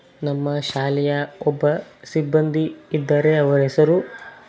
ನಮ್ಮ ಶಾಲೆಯ ಒಬ್ಬ ಸಿಬ್ಬಂದಿ ಇದ್ದಾರೆ ಅವರ ಹೆಸರು